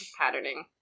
patterning